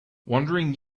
wandering